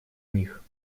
них